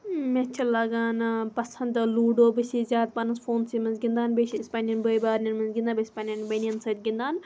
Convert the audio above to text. مےٚ چھِ لَگان پَسَنٛد لوٗڈو بہٕ چھس زیادٕ پَہنَس فونسٕے مَنٛز گِنٛدان بیٚیہِ چھِ أسۍ پَننٮ۪ن بٲے بارنٮ۪ن مَنٛز گِنٛدان بیٚیہِ چھَس پَننٮ۪ن بیٚنٮ۪ن سۭتۍ گِنٛدان